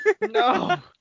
No